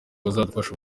bazadufasha